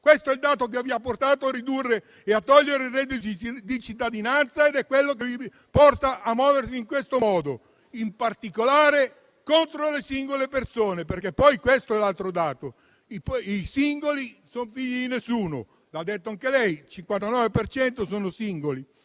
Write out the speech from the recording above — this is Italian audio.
Questo è il dato che vi ha portato a ridurre e a togliere il reddito di cittadinanza. Ed è quello che vi porta a muovervi in questo modo, in particolare contro le singole persone. Questo è l'altro dato: i singoli sono figli di nessuno. Lo ha detto anche lei: il 59 per cento sono singoli.